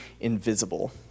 invisible